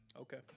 okay